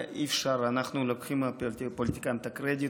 אנחנו הפוליטיקאים לוקחים את הקרדיט,